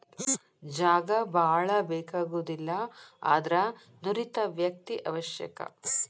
ಜಾಗಾ ಬಾಳ ಬೇಕಾಗುದಿಲ್ಲಾ ಆದರ ನುರಿತ ವ್ಯಕ್ತಿ ಅವಶ್ಯಕ